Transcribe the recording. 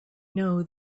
know